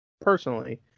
personally